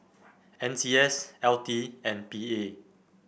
N C S L T and P A